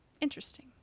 interesting